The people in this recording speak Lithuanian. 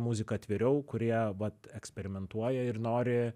muziką atviriau kurie vat eksperimentuoja ir nori